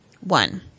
one